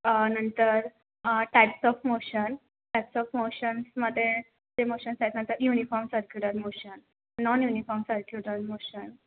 नंतर types of motion types of मोशन्समध्ये uniform circular motion non uniform circular motion